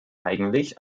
eigentlich